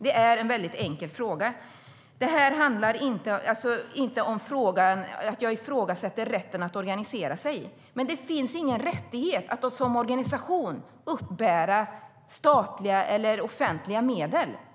Det är en enkel fråga. Jag ifrågasätter inte rätten att organisera sig. Det är dock ingen rättighet att som organisation uppbära statliga eller offentliga medel.